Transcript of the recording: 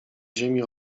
ziemi